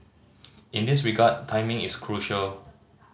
in this regard timing is crucial